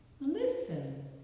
Listen